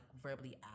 verbally